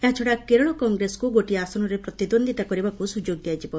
ଏହାଛଡ଼ା କେରଳ କଂଗ୍ରେସକୁ ଗୋଟିଏ ଆସନରେ ପ୍ରତିଦ୍ୱନ୍ଦ୍ୱିତା କରିବାକୁ ସୁଯୋଗ ଦିଆଯିବ